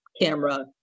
camera